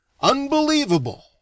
unbelievable